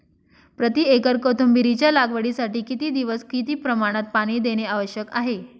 प्रति एकर कोथिंबिरीच्या लागवडीसाठी किती दिवस किती प्रमाणात पाणी देणे आवश्यक आहे?